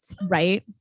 Right